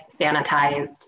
sanitized